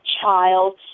child